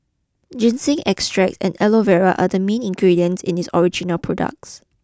ginseng extracts and Aloe Vera are the main ingredients in its original products